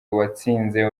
watsinze